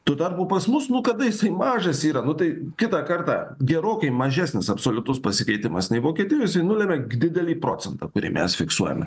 tuo tarpu pas mus nu kada jisai mažas yra nu tai kitą kartą gerokai mažesnis absoliutus pasikeitimas nei vokietijoje nulemia didelį procentą kurį mes fiksuojame